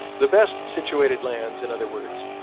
the best situated lands, in other words,